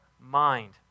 mind